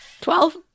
twelve